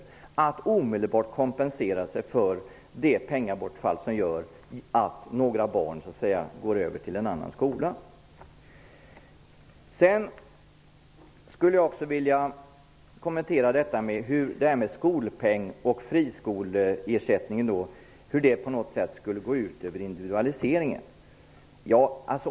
Det går inte att omedelbart kompensera sig för det pengabortfall som uppstår om några barn går över till en friskola. Jag skulle också vilja kommentera frågan om hur skolpeng och friskoleersättning skulle kunna gå ut över individualiseringen.